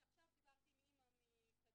עכשיו דיברתי עם אימא מקדימה-צורן,